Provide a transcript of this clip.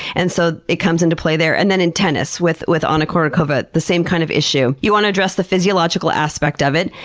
and so it comes into play there. and then in tennis with with anna kournikova, the same kind of issue. you want to address the physiological aspect of it.